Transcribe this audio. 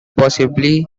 possibly